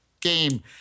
game